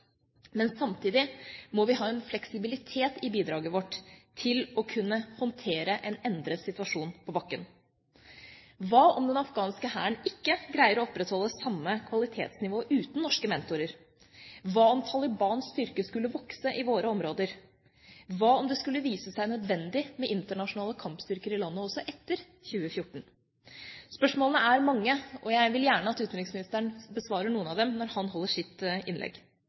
Men samtidig må vi ha en fleksibilitet i bidraget vårt til å kunne håndtere en endret situasjon på bakken. Hva om den afghanske hæren ikke greier å opprettholde samme kvalitetsnivå uten norske mentorer? Hva om Talibans styrker skulle vokse i våre områder? Hva om det skulle vise seg nødvendig med internasjonale kampstyrker i landet også etter 2014? Spørsmålene er mange, og jeg vil gjerne at utenriksministeren besvarer noen av dem når han holder sitt innlegg.